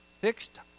fixed